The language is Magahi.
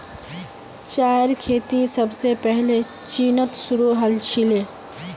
चायेर खेती सबसे पहले चीनत शुरू हल छीले